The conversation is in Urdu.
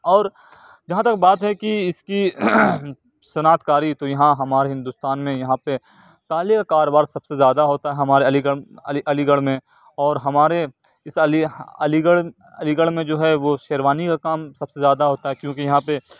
اور جہاں تک بات ہے کہ اس کی صنعت کاری تو یہاں ہمارے ہندوستان میں یہاں پہ تالے کا کاروبار سب سے زیادہ ہوتا ہے ہمارے علی گڑھ علی گڑھ میں اور ہمارے اس علی علی گڑھ علی گڑھ میں جو ہے وہ شیروانی کا کام سب سے زیادہ ہوتا ہے کیونکہ یہاں پہ